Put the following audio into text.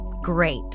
great